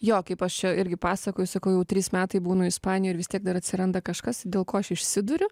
jo kaip aš čia irgi pasakoju sakau jau trys metai būnu ispanijoj ir vis tiek dar atsiranda kažkas dėl ko aš išsiduriu